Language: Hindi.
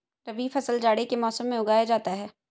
रबी फसल जाड़े के मौसम में उगाया जाता है